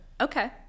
Okay